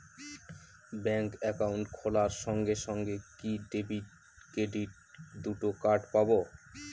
Bank account খোলার সঙ্গে সঙ্গে কি ডেবিট ক্রেডিট দুটো কার্ড পাবো?